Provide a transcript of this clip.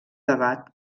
debat